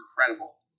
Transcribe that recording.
incredible